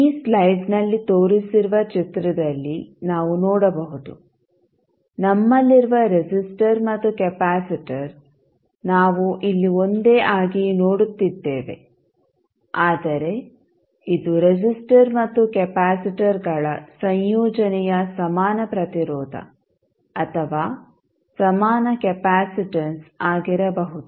ಈ ಸ್ಲೈಡ್ನಲ್ಲಿ ತೋರಿಸಿರುವ ಚಿತ್ರದಲ್ಲಿ ನಾವು ನೋಡಬಹುದು ನಮ್ಮಲ್ಲಿರುವ ರೆಸಿಸ್ಟರ್ ಮತ್ತು ಕೆಪಾಸಿಟರ್ ನಾವು ಇಲ್ಲಿ ಒಂದೇ ಆಗಿ ನೋಡುತ್ತಿದ್ದೇವೆ ಆದರೆ ಇದು ರೆಸಿಸ್ಟರ್ ಮತ್ತು ಕೆಪಾಸಿಟರ್ಗಳ ಸಂಯೋಜನೆಯ ಸಮಾನ ಪ್ರತಿರೋಧ ಅಥವಾ ಸಮಾನ ಕೆಪಾಸಿಟನ್ಸ್ ಆಗಿರಬಹುದು